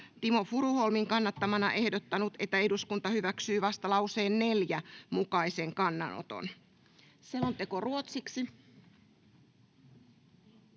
Timo Furuholmin kannattamana ehdottanut, että eduskunta hyväksyy vastalauseen 4 mukaisen kannanoton. — Selonteko ruotsiksi.